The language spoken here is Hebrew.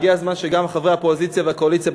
הגיע הזמן שגם חברי האופוזיציה והקואליציה,